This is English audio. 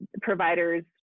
providers